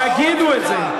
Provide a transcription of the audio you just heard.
תגידו את זה.